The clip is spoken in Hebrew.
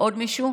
עוד מישהו?